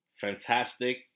fantastic